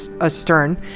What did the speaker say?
astern